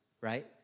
right